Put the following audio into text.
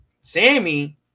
Sammy